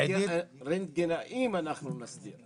כל מה שלא טופל שנים.